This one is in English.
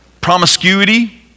promiscuity